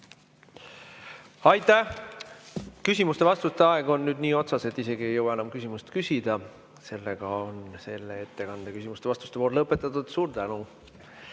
Aitäh! Küsimuste-vastuste aeg on nüüd nii otsas, et isegi ei jõua enam küsimust küsida. Selle ettekande küsimuste-vastuste voor on lõpetatud. Suur tänu!